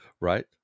Right